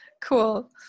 Cool